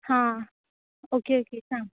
हा okay okay सांग